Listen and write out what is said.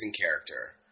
character